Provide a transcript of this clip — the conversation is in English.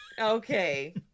Okay